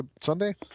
Sunday